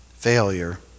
Failure